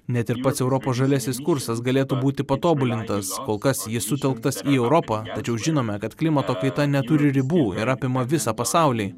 net ir pats europos žaliasis kursas galėtų būti patobulintas kol kas jis sutelktas į europą tačiau žinome kad klimato kaita neturi ribų ir apima visą pasaulį